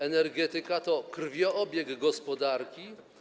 Energetyka to krwiobieg gospodarki.